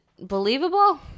believable